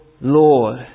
Lord